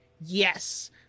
yes